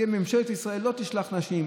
ממשלת ישראל לא תשלח נשים.